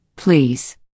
Please